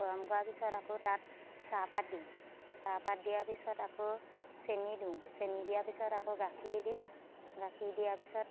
গৰম কৰা পিছত আকৌ তাত চাহপাত দিওঁ চাহপাত দিয়া পিছত আকৌ চেনি দিওঁ চেনি দিয়া পিছত আকৌ গাখীৰ দিওঁ গাখীৰ দিয়া পিছত